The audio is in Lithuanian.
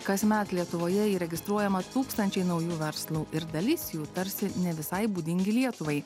kasmet lietuvoje įregistruojama tūkstančiai naujų verslų ir dalis jų tarsi ne visai būdingi lietuvai